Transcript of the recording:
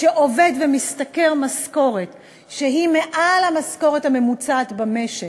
שעובד ומשתכר משכורת שהיא מעל המשכורת הממוצעת במשק,